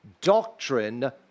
Doctrine